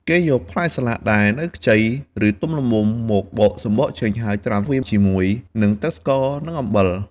គេយកផ្លែសាឡាក់ដែលនៅខ្ចី ឬទុំល្មម មកបកសំបកចេញ ហើយត្រាំវាជាមួយនឹងទឹកស្ករនិងអំបិល។